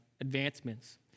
advancements